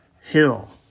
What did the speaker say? hill